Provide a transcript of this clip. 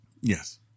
yes